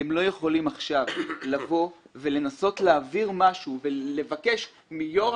אתם לא יכולים עכשיו לבוא ולנסות להעביר משהו ולבקש מיושב-ראש